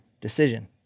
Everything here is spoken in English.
decision